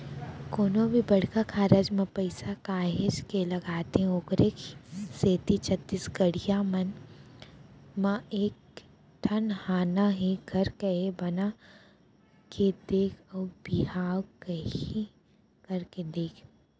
कोनो भी बड़का कारज म पइसा काहेच के लगथे ओखरे सेती छत्तीसगढ़ी म एक ठन हाना हे घर केहे बना के देख अउ बिहाव केहे करके देख